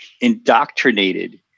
indoctrinated